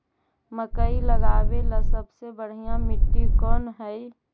मकई लगावेला सबसे बढ़िया मिट्टी कौन हैइ?